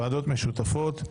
ועדות משותפות,